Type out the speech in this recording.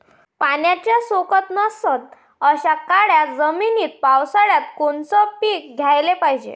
पाण्याचा सोकत नसन अशा काळ्या जमिनीत पावसाळ्यात कोनचं पीक घ्याले पायजे?